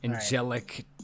angelic